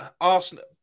Arsenal